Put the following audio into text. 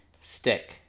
stick